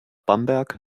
bamberg